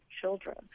children